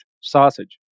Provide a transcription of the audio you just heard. sausage